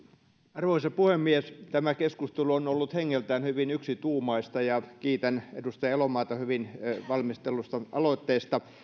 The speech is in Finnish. arvoisa puhemies tämä keskustelu on ollut hengeltään hyvin yksituumaista ja kiitän edustaja elomaata hyvin valmistellusta aloitteesta